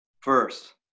first